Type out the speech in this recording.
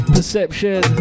Perception